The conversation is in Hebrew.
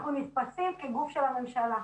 אנחנו נתפסים כגוף של הממשלה.